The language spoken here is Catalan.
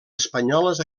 espanyoles